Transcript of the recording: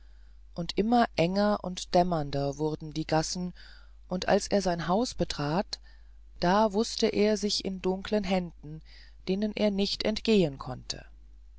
und immer enger und dämmernder wurden die gassen und als er sein haus betrat da wußte er sich in dunkeln händen denen er nicht entgehen konnte